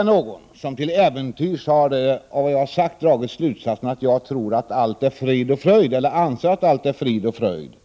Om någon av det jag sagt till äventyrs drar slutsatsen att jag anser att allting är frid och fröjd